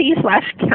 slash